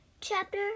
Chapter